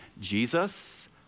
Jesus